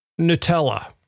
Nutella